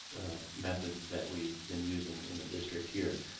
methods that we've been using in the district here.